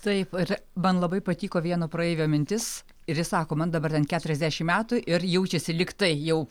taip ir man labai patiko vieno praeivio mintis ir jis sako man dabar ten keturiasdešimt metų ir jaučiasi lyg tai jau